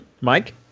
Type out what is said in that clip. mike